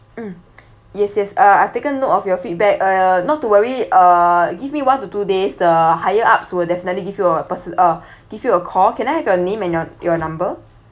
mm yes yes uh I've taken note of your feedback uh not to worry uh give me one to two days the higher ups will definitely give you a person~ uh give you a call can I have your name and your your number